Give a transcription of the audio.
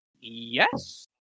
Yes